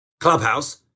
Clubhouse